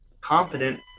confident